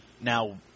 now